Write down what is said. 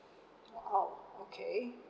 oh okay